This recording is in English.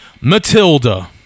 Matilda